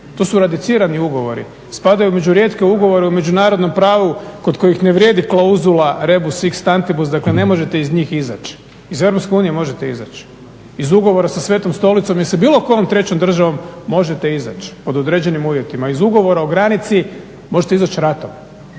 To su eradicirani ugovori, spadaju među rijetke ugovore u međunarodnom pravu kod kojih ne vrijedi klauzula rebus sic stantibus, dakle ne možete iz njih izaći. Iz Europske unije možete izaći, iz ugovora sa Svetom Stolicom i sa bilo kojom trećom državom možete izaći pod određenim uvjetima. Iz ugovora o granici možete izaći ratom.